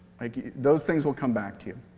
like those things will come back to you.